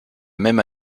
même